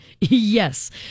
yes